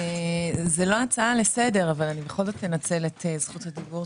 זאת לא הצעה לסדר אבל אני בכל זאת אנצל את זכות הדיבור.